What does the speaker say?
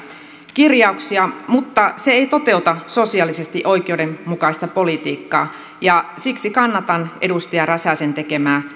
kirjauksia mutta se ei toteuta sosiaalisesti oikeudenmukaista politiikkaa ja siksi kannatan edustaja räsäsen tekemää